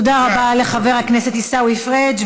תודה רבה לחבר הכנסת עיסאווי פריג'.